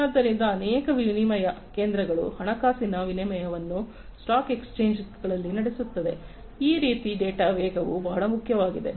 ಆದ್ದರಿಂದ ಅನೇಕ ವಿನಿಮಯ ಕೇಂದ್ರಗಳು ಹಣಕಾಸಿನ ವಿನಿಮಯವನ್ನು ಸ್ಟಾಕ್ ಎಕ್ಸ್ಚೇಂಜ್ಗಳಲ್ಲಿ ನಡೆಸಲಾಗುತ್ತದೆ ಆದ್ದರಿಂದ ಈ ರೀತಿಯ ಡೇಟಾದ ವೇಗವೂ ಬಹಳ ಮುಖ್ಯವಾಗಿದೆ